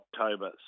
October